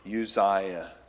Uzziah